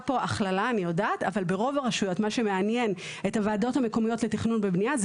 פה הכללה את הוועדות המקומיות לתכנון ובנייה זה